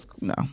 No